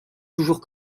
toujours